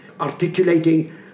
articulating